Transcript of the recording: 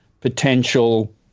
potential